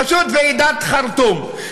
פשוט ועידת חרטום.